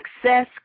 success